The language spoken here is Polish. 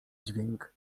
dźwięk